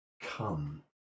come